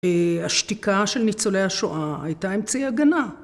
השתיקה של ניצולי השואה הייתה אמצעי הגנה.